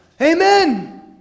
Amen